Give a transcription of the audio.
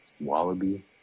Wallaby